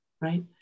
right